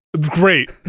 Great